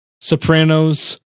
Sopranos